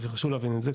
חשוב להבין את זה,